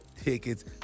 tickets